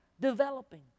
developing